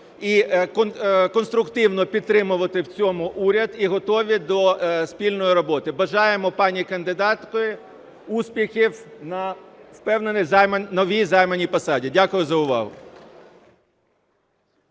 і конструктивно підтримувати в цьому уряд і готові до спільної роботи. Бажаємо пані кандидатці успіхів на новій займаній посаді. Дякую за увагу.